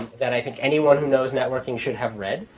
that i think anyone who knows networking should have read.